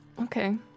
Okay